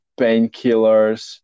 Painkillers